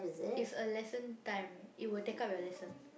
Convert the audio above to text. it's a lesson time it will take up your lesson